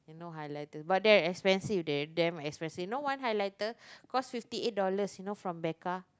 you know highlighter but they're expensive damn damn expensive you know one highlighter cost fifty eight dollars you know from Becka